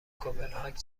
کپنهاک